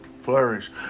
flourish